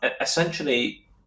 essentially